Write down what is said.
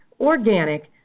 organic